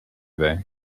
they